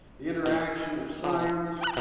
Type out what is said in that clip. the interaction of science,